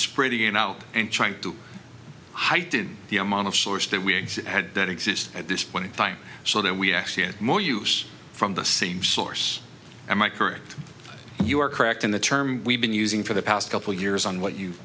spreading it out and trying to heighten the amount of source that we had that exist at this point in time so that we actually have more use from the same source am i correct you are correct and the term we've been using for the past couple of years on what you